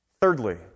Thirdly